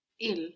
Il